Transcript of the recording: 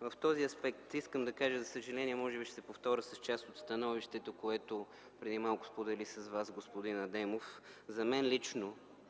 В този аспект искам да кажа, за съжаление може би ще повторя част от становището, което преди малко сподели с вас господин Адемов, че за мен лично